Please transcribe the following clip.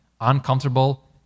uncomfortable